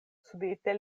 subite